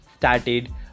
started